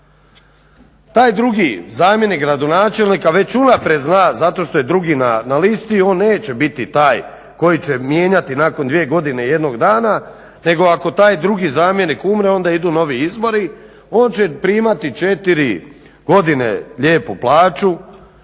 Taj drugi zamjenik gradonačelnika već unaprijed zna zato što je drugi na listi on neće biti taj koji će mijenjati nakon 2 godine i 1 dana nego ako taj drugi zamjenik umre onda idu novi izbori, on će primati 4 godine lijepu plaću